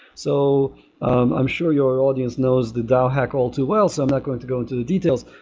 so um i'm sure your audience knows the dao hack all too well, so i'm not going to go into the details.